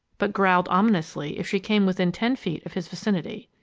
but growled ominously if she came within ten feet of his vicinity.